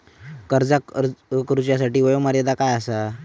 कर्जाक अर्ज करुच्यासाठी वयोमर्यादा काय आसा?